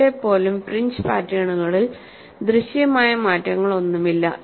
ഇവിടെ പോലും ഫ്രിഞ്ച് പാറ്റേണുകളിൽ ദൃശ്യമായ മാറ്റങ്ങളൊന്നുമില്ല